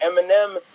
Eminem